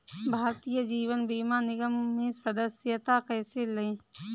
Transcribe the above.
भारतीय जीवन बीमा निगम में सदस्यता कैसे लें?